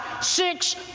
six